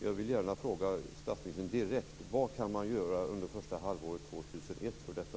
Jag vill gärna fråga statsministern direkt: Vad kan man göra under det första halvåret 2001 för detta?